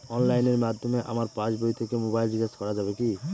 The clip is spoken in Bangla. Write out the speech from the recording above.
অনলাইনের মাধ্যমে আমার পাসবই থেকে মোবাইল রিচার্জ করা যাবে কি?